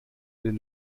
den